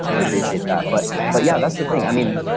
i appreciate that. but but yeah, that's the thing. i mean,